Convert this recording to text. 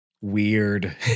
weird